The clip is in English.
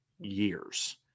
years